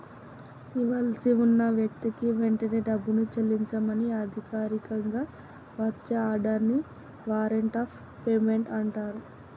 ఇవ్వాల్సి ఉన్న వ్యక్తికి వెంటనే డబ్బుని చెల్లించమని అధికారికంగా వచ్చే ఆర్డర్ ని వారెంట్ ఆఫ్ పేమెంట్ అంటరు